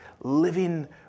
living